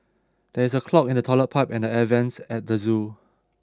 there is a clog in the toilet pipe and the air vents at the zoo